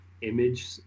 Image